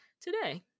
today